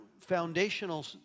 foundational